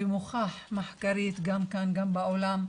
ומוכח מחקרית, גם כאן וגם בעולם,